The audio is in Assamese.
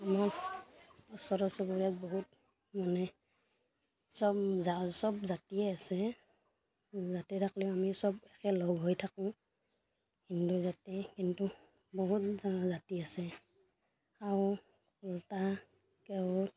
আমাৰ ওচৰ চুবুৰীয়াত বহুত মানে চব চব জাতিয়ে আছে জাতি থাকলেও আমি চব একেলগ হৈ থাকোঁ হিন্দু জাতি কিন্তু বহুত জনজাতি আছে খাউণ্ড কলিতা কেওট